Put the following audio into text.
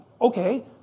okay